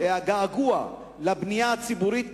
והגעגוע לבנייה הציבורית,